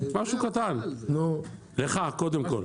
משהו קטן לך קודם כול.